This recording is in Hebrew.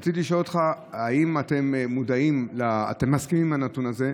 רציתי לשאול אותך אם אתם מודעים ומסכימים לנתון הזה,